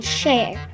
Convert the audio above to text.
share